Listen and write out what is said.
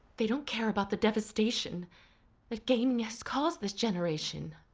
they don't care about the devastation that gaming has caused this generation.